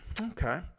okay